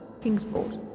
Kingsport